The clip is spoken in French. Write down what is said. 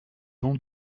don